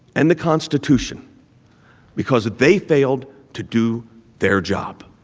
and the constitution because they failed to do their job.